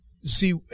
See